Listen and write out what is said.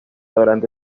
durante